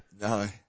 No